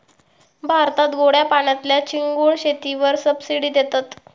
भारतात गोड्या पाण्यातल्या चिंगूळ शेतीवर सबसिडी देतत